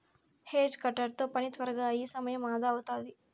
hedge cutter తో పని త్వరగా అయి సమయం అదా అవుతాది